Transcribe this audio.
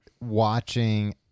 watching